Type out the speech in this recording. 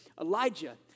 Elijah